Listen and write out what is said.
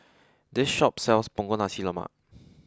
this shop sells Punggol Nasi Lemak